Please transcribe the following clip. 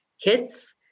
kits